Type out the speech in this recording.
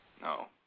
No